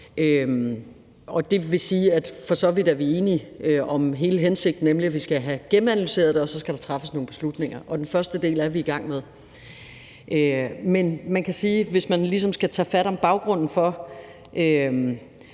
Det vil sige, at vi for så vidt er enige om hele hensigten, nemlig at vi skal have gennemanalyseret det, og at der så skal træffes nogle beslutninger. Og den første del er vi i gang med. Men hvis man ligesom skal tage fat om baggrunden for,